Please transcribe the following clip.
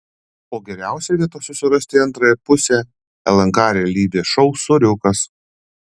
o geriausia vieta susirasti antrąją pusę lnk realybės šou soriukas